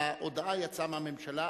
ההודעה יצאה מהממשלה.